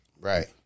Right